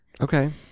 Okay